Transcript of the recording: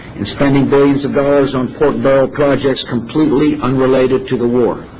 and spending billions of dollars on pork-barrel projects completely unrelated to the war